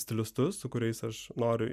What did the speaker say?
stilistus su kuriais aš noriu